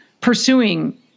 pursuing